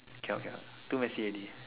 cannot cannot too messy already